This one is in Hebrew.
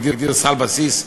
מגדיר סל בסיס,